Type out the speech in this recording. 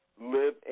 live